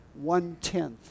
one-tenth